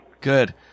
Good